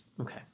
Okay